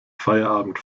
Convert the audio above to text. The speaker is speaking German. feierabend